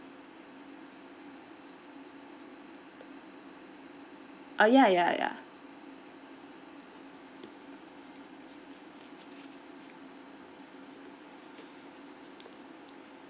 ah ya ya ya